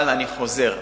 אני חוזר,